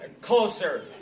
Closer